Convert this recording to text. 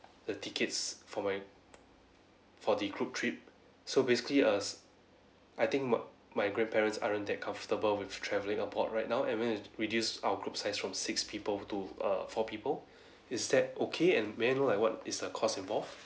the tickets for my for the group trip so basically uh I think my grandparents aren't that comfortable with travelling abroad right now I want to reduce our group size from six people to err four people is that okay and may I know like what is the cost involved